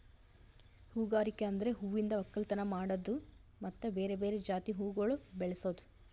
ಹೂಗಾರಿಕೆ ಅಂದುರ್ ಹೂವಿಂದ್ ಒಕ್ಕಲತನ ಮಾಡದ್ದು ಮತ್ತ ಬೇರೆ ಬೇರೆ ಜಾತಿ ಹೂವುಗೊಳ್ ಬೆಳಸದ್